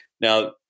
Now